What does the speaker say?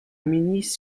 ministre